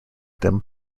them